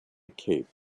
cape